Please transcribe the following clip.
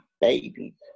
baby